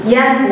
Yes